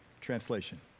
Translation